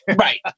Right